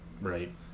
right